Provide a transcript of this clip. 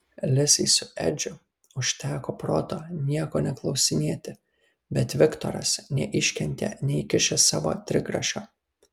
lisai su edžiu užteko proto nieko neklausinėti bet viktoras neiškentė neįkišęs savo trigrašio